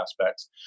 aspects